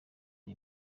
iri